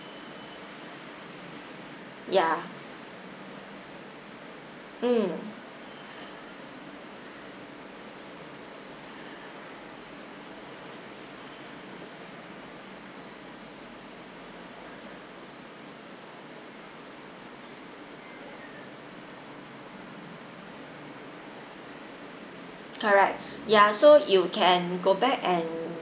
ya mm correct ya so you can go back and